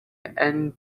and